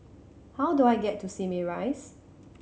how do I get to Simei Rise